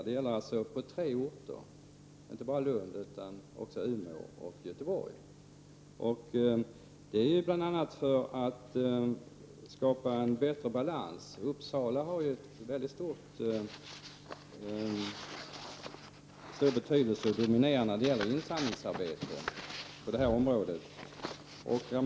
Det gäller på tre orter, inte bara Lund utan även Umeå och Göteborg. Detta är bl.a. för att skapa en bättre balans. Uppsala har stor betydelse och är dominerande när det gäller insamlingsarbete på det området.